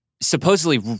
supposedly